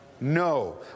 No